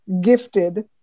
gifted